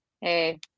hey